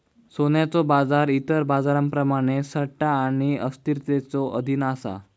सोन्याचो बाजार इतर बाजारांप्रमाणेच सट्टा आणि अस्थिरतेच्यो अधीन असा